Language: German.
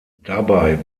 dabei